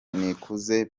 nikuze